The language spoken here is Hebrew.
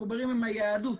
מחוברים עם היהדות,